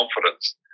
confidence